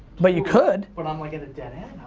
but you could. but i'm like at a dead end.